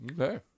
Okay